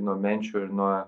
nuo menčių ir nuo